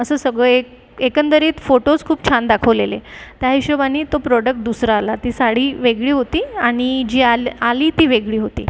असं सगळे एक एकंदरीत फोटोज खूप छान दाखवलेले त्या हिशोबानी तो प्रोडक्ट दुसरा आला ती साडी वेगळी होती आणि जी आल आली ती वेगळी होती